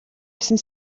гэсэн